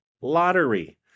lottery